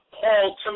Paul